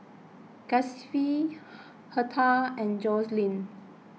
Gustave Hertha and Joseline